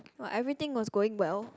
but everything was going well